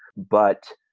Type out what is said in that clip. but.